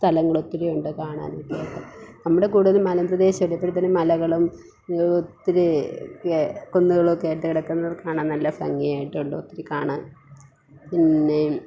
സ്ഥലങ്ങൾ ഒത്തിരിയുണ്ട് കാണാനായിട്ട് നമ്മുടെ കൂടുതലും മലപ്രദേശോല്ലേ അപ്പഴ് തന്നെ മലകളും ഒത്തിരി കുന്നുകളുമൊക്കെ ആയിട്ട് കിടക്കുന്നത് കാണാൻ നല്ല ഭംഗിയായിട്ടുണ്ട് ഒത്തിരി കാണാൻ പിന്നെ